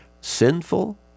sinful